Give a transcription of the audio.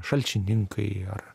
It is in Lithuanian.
šalčininkai ar